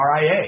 RIA